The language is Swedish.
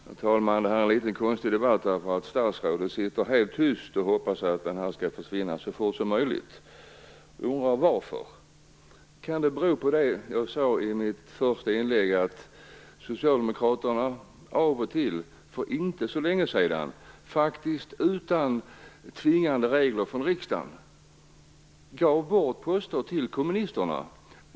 Herr talman! Det här är en litet konstig debatt, eftersom statsrådet sitter helt tyst och hoppas att debatten skall ta slut så fort som möjligt. Jag undrar varför. Kan det bero på det jag sade i mitt första inlägg om att Socialdemokraterna av och till för inte så länge sedan, under den tid då järnridån ännu fanns kvar i öst, faktiskt utan tvingande regler från riksdagen gav bort röster till kommunisterna?